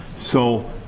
so,